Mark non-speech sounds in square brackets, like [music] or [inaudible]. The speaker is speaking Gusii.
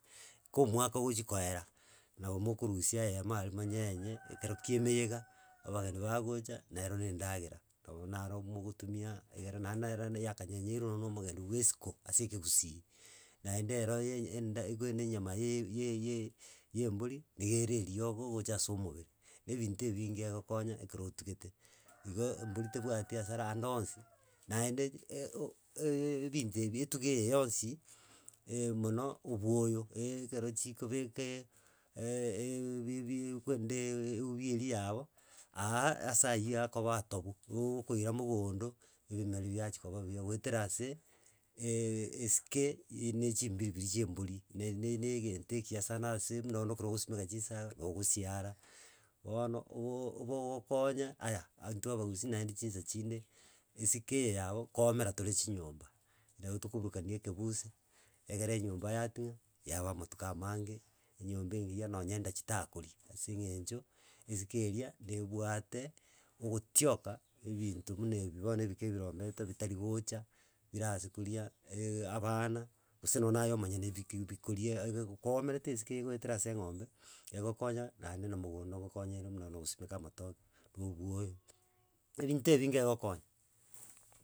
Koo omwoka ogochi korera. nabo mokorunsi eyemo aria monyenyene. ekero kio emeyenga. abageni bagocha nero ne endagera. Nabo. aro mogotumia egere naende nero yakanyeriru nonya omogeni bwe esiko. Ase ekegusii. Naende ero enyama yembori igere iriogo gocha ase omobere. Ebinto ebinge egokonya gotugete. Igo mbori tebwati hasara ande onsi naende ee binto. etugo eye yonsi. [hesitation] mono. obwoyo. [hesitation] ekero chikobeka. [hesitation] sike ne chibiribiri chie ebori. Ne. nee engento ekinya sana. ase buna ogosimeka chinsaga no ogosiara bono ogokonya. Aya. intwe abagusii. naende chinsa chinde. esike eye nyabo koomera tore chinyomba. Nabo tokoburukania ekebuse engere enyomba yatu. yaba amatuko amagane. Enyomba engiya nonya chinda chitakori. Ase engencho. esike eria nebwate. ogwotioka. ebinto ebi ebike. buna ebirombeta bitari gocha birase koria abana gose nonya aye omonyone. Bikoria koomerete esike. korwa ase engombe egokonya naende na mogondo ngokonya ere buna na gosimeka amatoke. Ebinto ebinge engokonya.